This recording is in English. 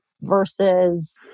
versus